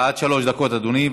בבקשה, עד שלוש דקות אדוני.